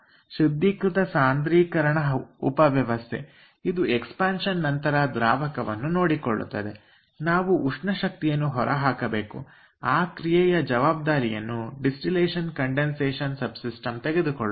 ನಂತರ ಶುದ್ಧೀಕೃತ ಸಾಂದ್ರೀಕರಣ ಉಪವ್ಯವಸ್ಥೆ ಇದು ಎಕ್ಸ್ಪಾಂಶನ್ ನಂತರ ದ್ರಾವಣವನ್ನು ನೋಡಿಕೊಳ್ಳುತ್ತದೆ ಇಲ್ಲಿ ನಾವು ಉಷ್ಣಶಕ್ತಿಯನ್ನು ಹೊರಹಾಕಬೇಕು ಆ ಕ್ರಿಯೆಯ ಜವಾಬ್ದಾರಿಯನ್ನುಶುದ್ಧೀಕೃತ ಸಾಂದ್ರೀಕರಣ ಉಪವ್ಯವಸ್ಥೆ ಅಥವಾ ಡಿ ಸಿ ಎಸ್ ಎಸ್ ತೆಗೆದುಕೊಳ್ಳುತ್ತದೆ